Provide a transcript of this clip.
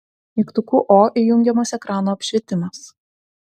mygtuku o įjungiamas ekrano apšvietimas